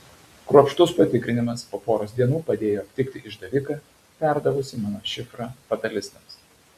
kruopštus patikrinimas po poros dienų padėjo aptikti išdaviką perdavusi mano šifrą fatalistams